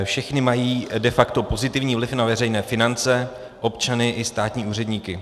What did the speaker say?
Všechny mají de facto pozitivní vliv na veřejné finance, občany i státní úředníky.